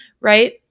Right